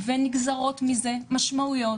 ונגזרות מזה משמעויות